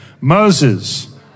Moses